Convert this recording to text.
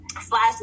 slash